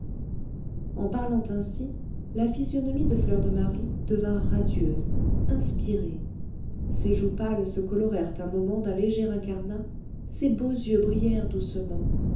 en parlant ainsi la physionomie de fleur de marie devint radieuse inspirée ses joues pâles se colorèrent un moment d'un léger incarnat ses beaux yeux brillèrent doucement